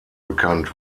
bekannt